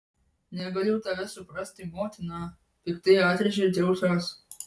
negaliu tavęs suprasti motina piktai atrėžė dzeusas